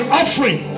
offering